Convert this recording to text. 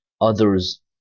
others